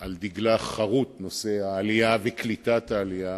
שעל דגלה חרות נושא העלייה וקליטת העלייה,